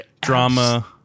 drama